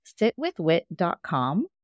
sitwithwit.com